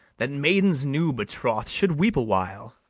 that maidens new-betroth'd should weep a while